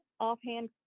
offhand